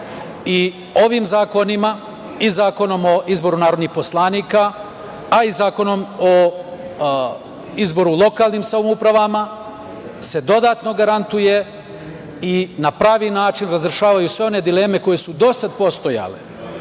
i ovim zakonima, i Zakonom o izboru narodnih poslanika, a i Zakonom o izboru lokalnih samouprava, se dodatno garantuje i na pravi način razrešavaju sve one dileme koje su do sada postojale.